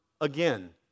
again